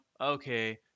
okay